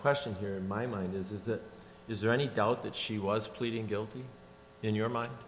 question here in my mind is is that is there any doubt that she was pleading guilty in your mind